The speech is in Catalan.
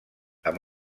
amb